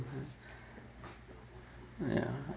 ya